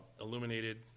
illuminated